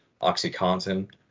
OxyContin